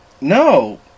no